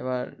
এবার